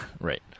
Right